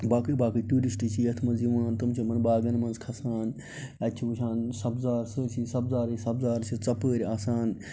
باقٕے باقٕے ٹوٗرِسٹ چھِ یَتھ منٛز یِوان تِم چھِ یِمَن باغَن منٛز کھسان اَتہِ چھِ وٕچھان سبزار سٲرۍسٕے سبزارٕے سبزار چھِ ژۄپٲرۍ آسان